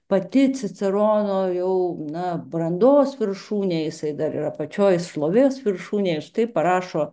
pati cicerono jau na brandos viršūnė jisai dar yra pačioj šlovės viršūnėj štai parašo